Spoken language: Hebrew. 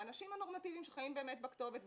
האנשים הנורמטיביים שחיים באמת בכתובת,